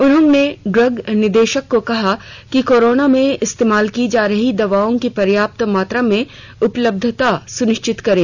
उन्होंने ड्रग्स निदेशक को कहा कि से कोरोना में इस्तेमाल की जा रही दवाओं की पर्याप्त मात्रा में उपलब्धता सुनिश्चित करें